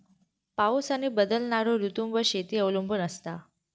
पाऊस आणि बदलणारो ऋतूंवर शेती अवलंबून असता